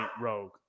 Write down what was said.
Rogue